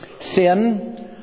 Sin